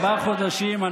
ארבעה חודשים,